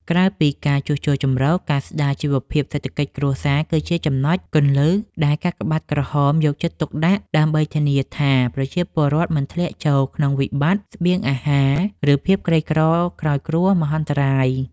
ក្រៅពីការជួសជុលជម្រក ការស្ដារជីវភាពសេដ្ឋកិច្ចគ្រួសារគឺជាចំណុចគន្លឹះដែលកាកបាទក្រហមយកចិត្តទុកដាក់ ដើម្បីធានាថាប្រជាពលរដ្ឋមិនធ្លាក់ចូលក្នុងវិបត្តិស្បៀងអាហារ ឬភាពក្រីក្រក្រោយគ្រោះមហន្តរាយ។